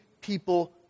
people